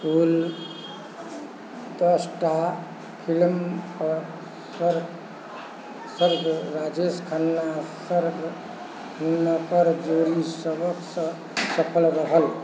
कुल दस टा फिल्मक सङ्ग सङ्ग राजेश खन्ना सङ्ग हुनकर जोड़ी सभसँ सफल रहल